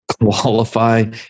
qualify